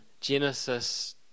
Genesis